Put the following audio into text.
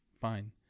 fine